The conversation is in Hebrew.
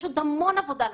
יש עוד המון עבודה לעשות.